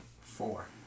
four